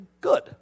good